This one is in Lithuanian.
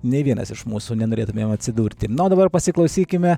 nei vienas iš mūsų nenorėtumėm atsidurti na o dabar pasiklausykime